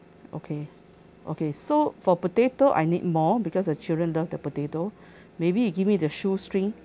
okay okay so for potato I need more because the children love the potato maybe you give me the shoestring